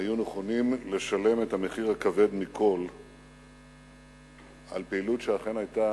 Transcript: והיו נכונים לשלם את המחיר הכבד מכול על פעילות שאכן היתה,